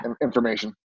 information